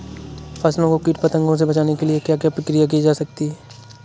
फसलों को कीट पतंगों से बचाने के लिए क्या क्या प्रकिर्या की जाती है?